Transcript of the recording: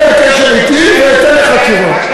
אז תהיה בקשר אתי, ואתן לך תשובה.